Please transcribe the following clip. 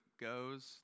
goes